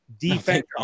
defense